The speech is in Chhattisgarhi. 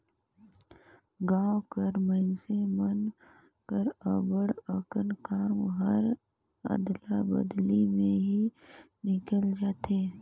गाँव कर मइनसे मन कर अब्बड़ अकन काम हर अदला बदली में ही निकेल जाथे